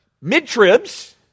mid-tribs